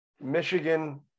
michigan